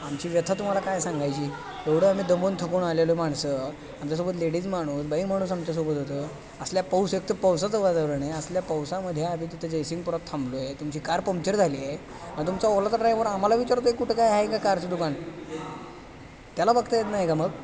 आमची व्यथा तुम्हाला काय सांगायची एवढं आम्ही दमून थकून आलेलो माणसं आमच्यासोबत लेडीज माणूस बाई माणूस आमच्यासोबत होतं असल्या पाऊस एक तर पावसाचं वातावरण आहे असल्या पावसामध्ये आम्ही तिथं जयसिंगपुरात थांबलोय तुमची कार पंक्चर झालीये आणि तुमचा ओलाचा ड्रायवर आम्हाला विचारतो आहे कुठं काय आहे का कारचं दुकान त्याला बघता येत नाही का मग